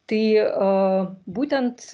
tai a būtent